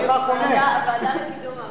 אני רק אומר, ועדת החוץ